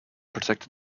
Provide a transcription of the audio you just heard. protected